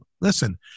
listen